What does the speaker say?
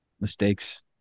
mistakes